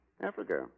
Africa